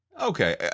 Okay